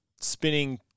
spinning